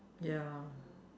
ya